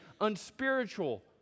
unspiritual